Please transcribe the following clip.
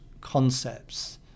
concepts